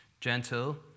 gentle